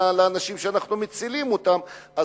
לאנשים שאנחנו מצילים אותם,